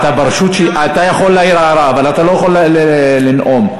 אבל אתה לא יכול לנאום.